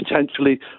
potentially